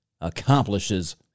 accomplishes